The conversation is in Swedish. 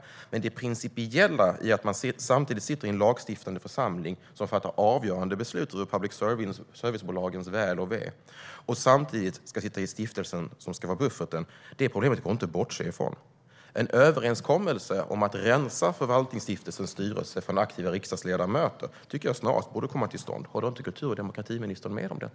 Men det handlar om det principiella i att man sitter i en lagstiftande församling som fattar avgörande beslut om public service-bolagens väl och ve samtidigt som man sitter i stiftelsen som ska vara bufferten. Det problemet går det inte att bortse från. En överenskommelse om att rensa Förvaltningsstiftelsens styrelse från aktiva riksdagsledamöter tycker jag snarast borde komma till stånd. Håller inte kultur och demokratiministern med om detta?